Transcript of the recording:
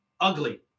ugly